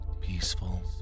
peaceful